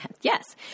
yes